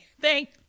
thank